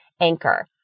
Anchor